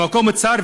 המקום צר,